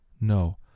no